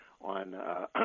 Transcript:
on